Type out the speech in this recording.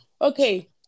Okay